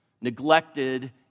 neglected